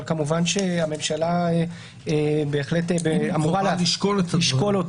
אבל כמובן שהממשלה אמורה לשקול אותו